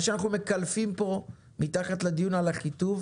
מה שאנחנו מקלפים פה מתחת לדיון על אחיטוב